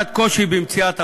קושי במציאת עבודה,